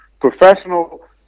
Professional